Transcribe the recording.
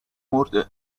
مرده